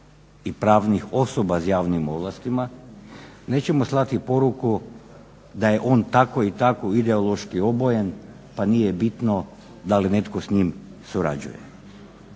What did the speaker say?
i pravnih osoba s javnim ovlastima, nećemo slati poruku da je on tako i tako ideološki obojen pa nije bitno da li netko s njim surađuje.